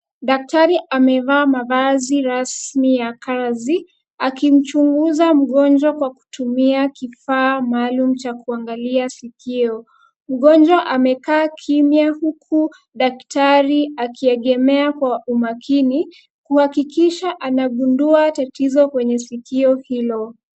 Daktari amevaa mavazi rasmi ya kazi, akimchunguza mgonjwa kwa kutumia kifaa maalum cha kuangalia sikio. Mgonjwa amekaa kimya huku daktari akiegemea kwa umakini kuhakikisha anagundua tatizo kwenye sikio hilo.